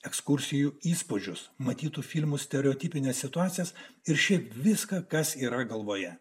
ekskursijų įspūdžius matytų filmų stereotipines situacijas ir šiaip viską kas yra galvoje